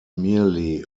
merely